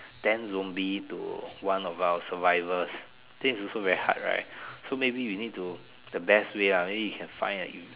ten zombie to one of our survivors then it's also very hard right so maybe you need to the best way ah maybe you can find